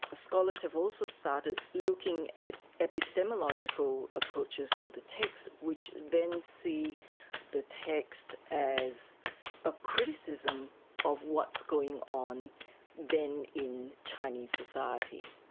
scholars have also started looking at epistemological approaches to the text, which then see the text as a criticism of what's going on then in chinese society.